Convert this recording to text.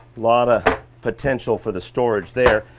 lotta potential for the storage there,